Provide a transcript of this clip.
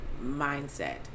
mindset